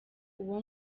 uwo